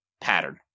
pattern